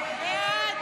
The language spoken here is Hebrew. ההסתייגויות